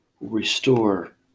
restore